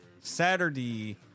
Saturday